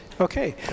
Okay